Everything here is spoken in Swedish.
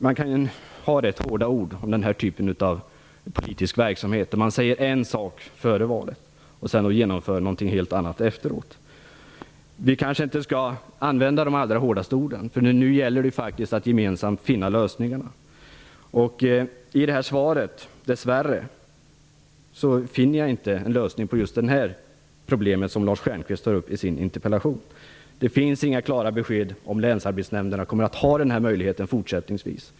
Man kan använda rätt hårda ord om den här typen av politisk verksamhet, när man säger en sak före valet och sedan genomför någonting helt annat efteråt. Vi skall kanske inte använda de allra hårdaste orden, för nu gäller det faktiskt att gemensamt finna lösningarna. Dess värre finner jag inte i svaret någon lösning på just de problem som Lars Stjernkvist tar upp i sin interpellation. Det finns inga klara besked om ifall länsarbetsnämnderna kommer att ha den här möjligheten fortsättningsvis.